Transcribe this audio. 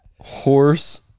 horse